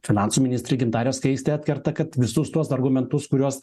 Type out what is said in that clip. finansų ministrė gintarė skaistė atkerta kad visus tuos argumentus kuriuos